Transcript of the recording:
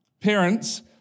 parents